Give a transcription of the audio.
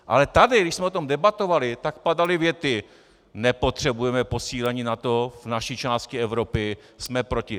Ale tady, když jsme o tom debatovali, tak padaly věty: Nepotřebujeme posílení NATO v naší části Evropy, jsme proti.